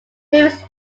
previous